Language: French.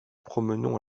promenons